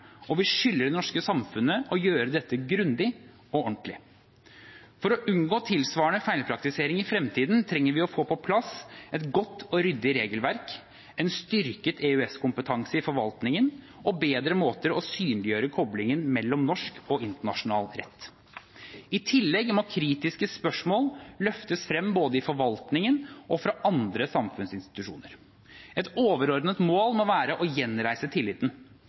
og vi skylder det norske samfunnet å gjøre dette grundig og ordentlig. For å unngå tilsvarende feilpraktiseringer i fremtiden trenger vi å få på plass et godt og ryddig regelverk, en styrket EØS-kompetanse i forvaltningen og bedre måter å synliggjøre koblingen mellom norsk og internasjonal rett på. I tillegg må kritiske spørsmål løftes frem både i forvaltningen og fra andre samfunnsinstitusjoner. Et overordnet mål må være å gjenreise tilliten.